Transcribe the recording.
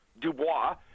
Dubois